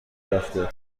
رفته